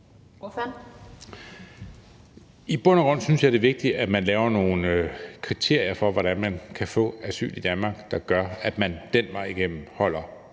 I bund og grund synes jeg, det er vigtigt, at vi laver nogle kriterier for, hvordan man kan få asyl i Danmark, der gør, at vi den vej igennem holder